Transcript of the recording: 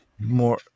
More